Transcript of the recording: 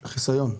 חיסיון.